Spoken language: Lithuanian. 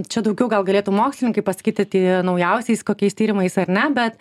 čia daugiau gal galėtų mokslininkai pasakyti tai naujausiais kokiais tyrimais ar ne bet